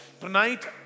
Tonight